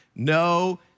No